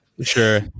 Sure